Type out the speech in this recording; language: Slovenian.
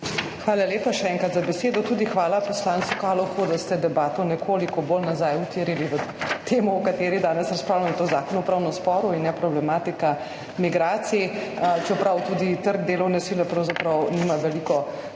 Hvala lepa, še enkrat, za besedo. Tudi hvala poslancu Kalohu, da je debato nekoliko bolj utiril nazaj v temo, o kateri danes razpravljamo, to je zakon o upravnem sporu in ne problematiki migracij, čeprav tudi trg delovne sile pravzaprav nima veliko povezave